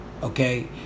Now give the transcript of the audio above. Okay